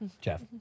Jeff